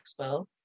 Expo